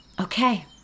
okay